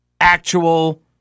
actual